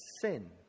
sin